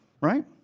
Right